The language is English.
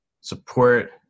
support